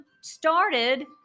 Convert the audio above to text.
started